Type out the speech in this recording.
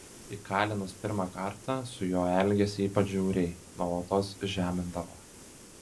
įkalinus pirmą kartą su juo elgėsi ypač žiauriai nuolatos žemindavo